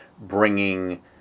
bringing